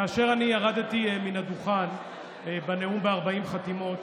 כאשר אני ירדתי מן הדוכן בנאום ב-40 חתימות,